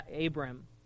Abram